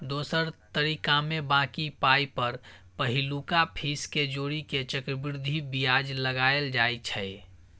दोसर तरीकामे बॉकी पाइ पर पहिलुका फीस केँ जोड़ि केँ चक्रबृद्धि बियाज लगाएल जाइ छै